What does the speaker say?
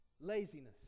laziness